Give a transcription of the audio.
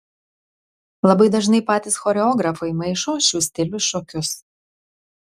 labai dažnai patys choreografai maišo šių stilių šokius